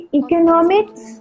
economics